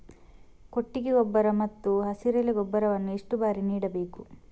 ಕೊಟ್ಟಿಗೆ ಗೊಬ್ಬರ ಮತ್ತು ಹಸಿರೆಲೆ ಗೊಬ್ಬರವನ್ನು ಎಷ್ಟು ಬಾರಿ ನೀಡಬೇಕು?